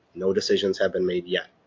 no decisions have been made yet.